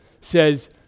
says